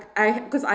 I because I